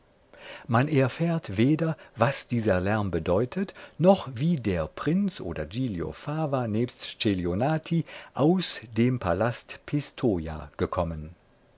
man erfährt weder was dieser lärm bedeutet noch wie der prinz oder giglio fava nebst celionati aus dem palast pistoja gekommen